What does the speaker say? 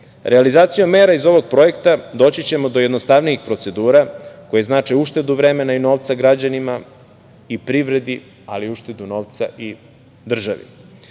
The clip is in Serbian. institucija. Realizacijom mera iz ovog projekta, doći ćemo do jednostavnijih procedura, koje znače uštedu vremena i novca građanima i privredi, ali i uštedu novca i državi. Kada